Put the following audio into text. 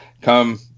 Come